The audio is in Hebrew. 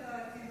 לדעתי,